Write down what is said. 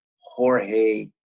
Jorge